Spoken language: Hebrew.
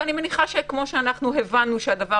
אבל אני מניחה שכמו שאנחנו הבנו שהדבר